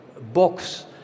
box